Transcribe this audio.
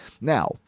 Now